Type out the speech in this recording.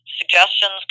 suggestions